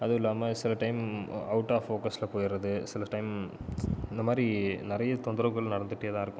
அதுவும் இல்லாமல் சில டைம் அவுட் ஆஃப் ஃபோகஸில் போயிடுறது சில டைம் இந்த மாதிரி நிறைய தொந்தரவு நடந்துகிட்டே தான் இருக்கும்